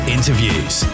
Interviews